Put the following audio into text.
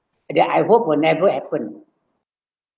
that I hope will never happen